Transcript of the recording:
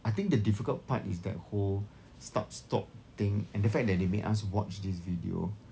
I think the difficult part is that whole start stop thing and the fact that they made us watch this video